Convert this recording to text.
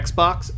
Xbox